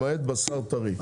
למעט בשר טרי.